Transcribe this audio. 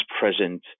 present